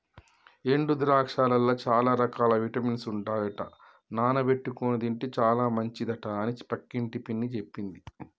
ఎండు ద్రాక్షలల్ల చాల రకాల విటమిన్స్ ఉంటాయట నానబెట్టుకొని తింటే చాల మంచిదట అని పక్కింటి పిన్ని చెప్పింది